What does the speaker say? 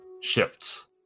shifts